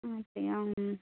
ம் அப்படியா ம்